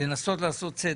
לנסות לעשות סדר.